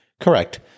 Correct